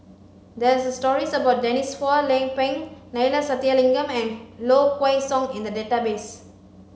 there are stories about Denise Phua Lay Peng Neila Sathyalingam and Low Kway Song in the database